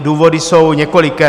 Důvody jsou několikeré.